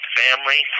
family